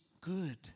good